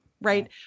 Right